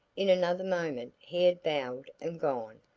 in another moment he had bowed and gone,